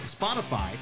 Spotify